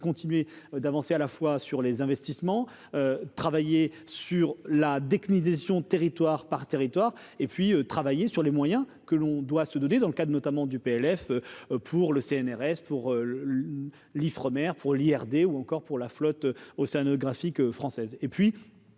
continuer d'avancer à la fois sur les investissements, travailler sur la décommunisation, territoire par territoire et puis travailler sur les moyens que l'on doit se donner dans le cadre notamment du PLF pour le CNRS pour l'Ifremer pour l'IRD ou encore pour la flotte océanographique française